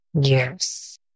Yes